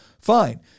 fine